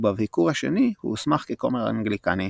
ובביקור השני הוא הוסמך ככומר אנגליקני.